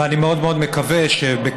ואני מאוד מאוד מקווה שבקרוב,